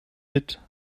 mit